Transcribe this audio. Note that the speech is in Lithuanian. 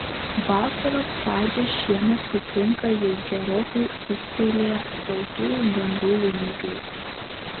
vasaros pradžią šiemet sutinka jau gerokai ūgtelėję baltųjų gandrų jaunikliai